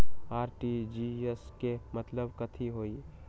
RTGS के मतलब कथी होइ?